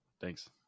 Thanks